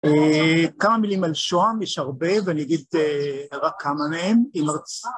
כמה מילים על שהם, יש הרבה, ואני אגיד רק כמה מהם, היא מרצ...